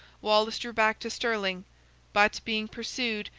wallace drew back to stirling but, being pursued,